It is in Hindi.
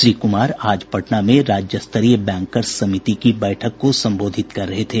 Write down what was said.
श्री कुमार आज पटना में राज्यस्तरीय बैंकर्स समिति की बैठक को संबोधित कर रहे थे